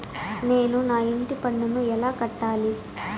నేను నా ఇంటి పన్నును ఎలా కట్టాలి?